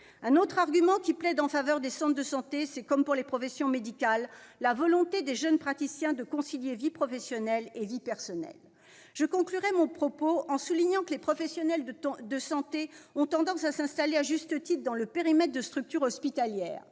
Un autre argument qui plaide en faveur des centres de santé, c'est, comme pour les professions médicales, la volonté des jeunes praticiens de concilier vie professionnelle et vie personnelle. Je conclurai mon propos en soulignant que les professionnels de santé ont tendance à s'installer, à juste titre, dans le périmètre de structures hospitalières.